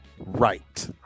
right